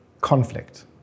conflict